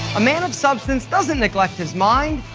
a man of substance doesn't neglect his mind,